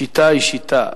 השיטה היא שיטה,